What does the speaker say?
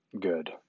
good